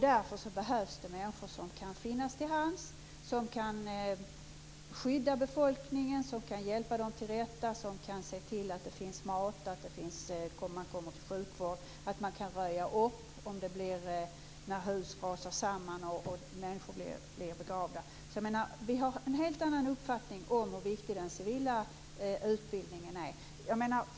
Därför behövs det människor som kan finnas till hands för att skydda befolkningen, hjälpa dem till rätta, se till att det finns mat, se till att de får sjukvård och röja upp när hus rasar samman och människor blir begravda. Vi har en helt annan uppfattning om hur viktig den civila utbildningen är.